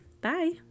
Bye